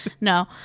No